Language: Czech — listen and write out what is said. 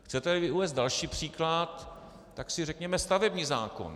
Chceteli uvést další příklad, tak si řekněme stavební zákon.